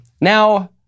Now